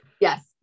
yes